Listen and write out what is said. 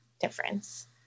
difference